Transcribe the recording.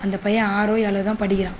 அந்த பையன் ஆறோ ஏழோ தான் படிக்கிறான்